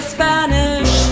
Spanish